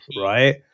right